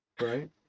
right